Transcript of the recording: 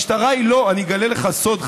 אני אגלה לך סוד,